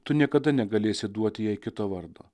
tu niekada negalėsi duoti jai kito vardo